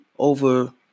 over